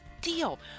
deal